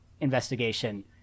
investigation